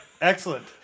Excellent